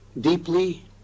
deeply